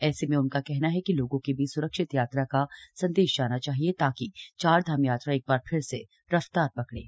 ऐसे में उनका कहना है कि लोगों के बीच स्रक्षित यात्रा का संदेश जाना चाहिए ताकि चार धाम यात्रा एक बार फिर से रफ्तार पकड़े